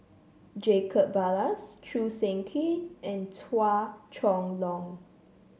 Jacob Ballas Choo Seng Quee and Chua Chong Long